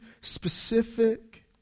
specific